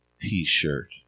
T-shirt